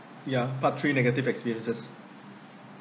ya part three negative experiences